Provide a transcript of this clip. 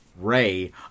Ray